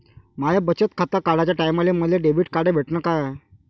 माय बचत खातं काढाच्या टायमाले मले डेबिट कार्ड भेटन का?